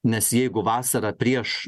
nes jeigu vasarą prieš